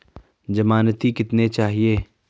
ज़मानती कितने चाहिये?